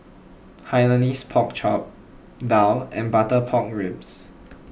Hainanese Pork Chop Daal and Butter Pork Ribs